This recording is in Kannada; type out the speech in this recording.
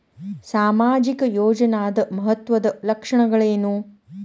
ಸಾಮಾಜಿಕ ಯೋಜನಾದ ಮಹತ್ವದ್ದ ಲಕ್ಷಣಗಳೇನು?